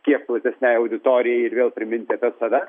kiek platesnei auditorijai ir vėl priminti apie save